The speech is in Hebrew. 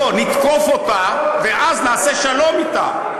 לא, נתקוף אותה, ואז נעשה שלום אתה.